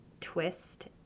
twist